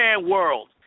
World